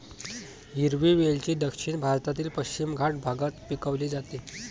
हिरवी वेलची दक्षिण भारतातील पश्चिम घाट भागात पिकवली जाते